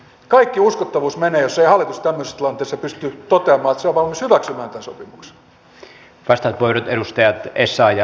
kaikki uskottavuus menee jos ei hallitus tämmöisessä tilanteessa pysty toteamaan että se on valmis hyväksymään tämän sopimuksen